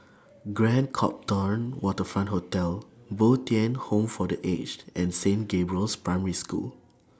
Grand Copthorne Waterfront Hotel Bo Tien Home For The Aged and Saint Gabriel's Primary School